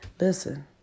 listen